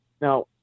now